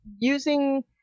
using